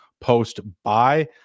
post-buy